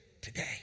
today